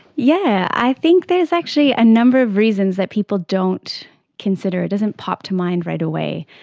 yeah i think there is actually a number of reasons that people don't consider, it doesn't pop to mind right away,